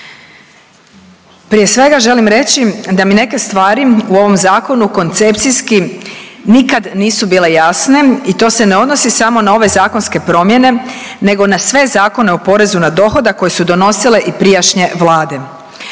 Prije svega želim reći da mi neke stvari u ovom zakonu koncepcijski nikad nisu bile jasne i to se ne odnosi samo na ove zakonske promjene nego na sve zakone o porezu na dohodak koje su donosile i prijašnje vlade.